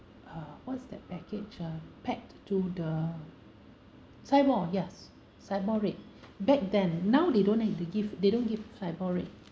ah what's that package uh pegged to the SIBOR yes SIBOR rate back then now they don't need to give they don't give SIBOR rate